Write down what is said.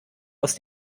aus